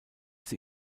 sie